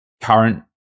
Current